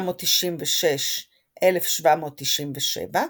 1796–1797,